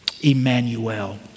Emmanuel